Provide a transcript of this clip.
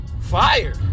fire